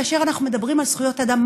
כאשר אנחנו מדברים על זכויות אדם,